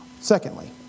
Secondly